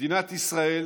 מדינת ישראל